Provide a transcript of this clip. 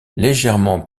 légèrement